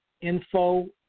info